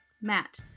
Matt